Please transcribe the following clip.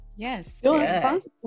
Yes